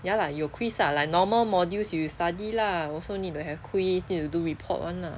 ya lah 有 quiz lah like normal modules you study lah also need to have quiz need to do report [one] lah